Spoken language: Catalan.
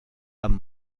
amb